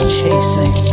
chasing